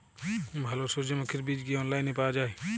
ভালো সূর্যমুখির বীজ কি অনলাইনে পাওয়া যায়?